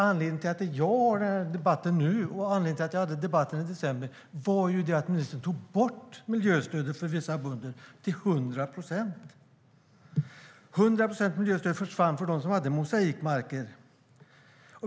Anledningen till att jag har den här debatten nu och att jag hade debatten i december är att ministern tog bort miljöstödet för vissa bönder till 100 procent. 100 procent av miljöstödet försvann för dem som hade mosaikmarker.